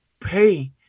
pay